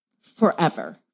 forever